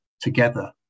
together